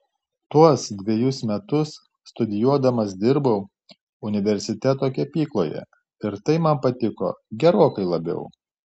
tuos dvejus metus studijuodamas dirbau universiteto kepykloje ir tai man patiko gerokai labiau